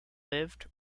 lived